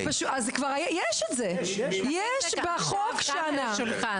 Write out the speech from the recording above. יש את זה, יש בחוק שנה.